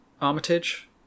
Armitage